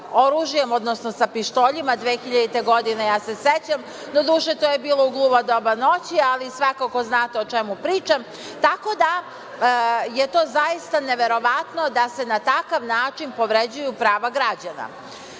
oružjem, odnosno da pištoljima 2000. godine ja se sećam, doduše to je bilo gluvo doba noći, ali svakako znate o čemu pričam, tako da je to zaista neverovatno da se na takav način povređuju prava građana. Posebno